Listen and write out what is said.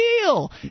deal